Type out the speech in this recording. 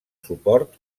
suport